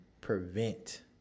prevent